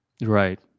Right